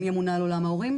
אני אמונה על עולם ההורים,